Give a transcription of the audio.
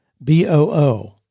BOO